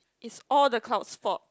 is all the clouds fault